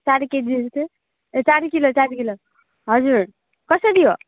चार केजी जस्तो ए चार किलो चार किलो हजुर कसरी हो